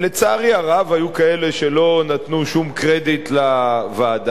לצערי הרב היו כאלה שלא נתנו שום קרדיט לוועדה.